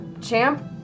Champ